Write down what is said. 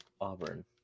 Auburn